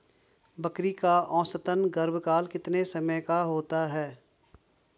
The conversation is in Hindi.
बकरी का औसतन गर्भकाल कितने समय का होता है?